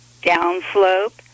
downslope